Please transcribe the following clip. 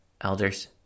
elders